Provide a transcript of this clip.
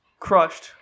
crushed